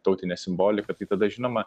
tautinę simboliką tai tada žinoma